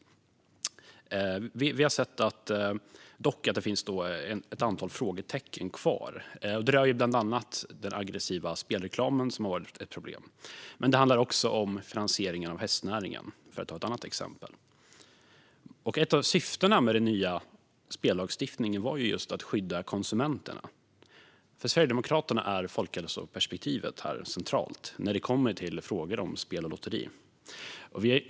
Det finns dock ett antal frågetecken kvar. Det rör bland annat den aggressiva spelreklamen som har varit ett problem. Men det handlar också om finansieringen av hästnäringen, för att ta ett annat exempel. Ett av syftena med den nya spellagstiftningen var just att skydda konsumenterna. För Sverigedemokraterna är folkhälsoperspektivet centralt när det kommer till frågor om spel och lotteri.